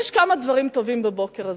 יש כמה דברים טובים בבוקר הזה,